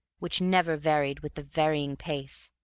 which never varied with the varying pace,